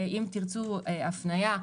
אם תרצו הפניה,